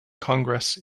congress